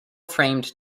framed